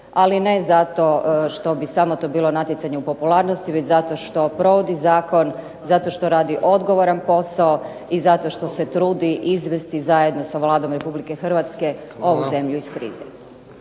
ali ne zato što bi samo to bilo natjecanje u popularnosti, već zato što provodi zakon, zato što radi odgovoran posao, i zato što se trudi izvesti zajedno sa Vladom Republike Hrvatske ovu zemlju iz krize.